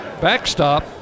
backstop